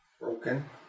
broken